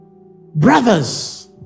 Brothers